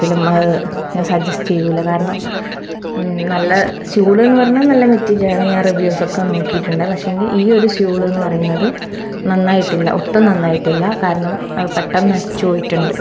ഒരിക്കലും ഞാൻ സജ്ജസ്റ്റ് ചെയ്യില്ല കാരണം നല്ല സ്യുഡെന്നു പറഞ്ഞാൽ നല്ല മെറ്റീരിയലാണ് ഞാൻ റിവ്യൂസ് ഒക്കെ നോക്കിയിട്ടുണ്ട് പക്ഷേങ്കി ഈ ഒരു സ്യുഡെന്ന് പറയുന്നത് നന്നായിട്ടില്ല ഒട്ടും നന്നായിട്ടില്ല കാരണം അത് പെട്ടെന്ന് നശിച്ചു പോയിട്ടുണ്ട്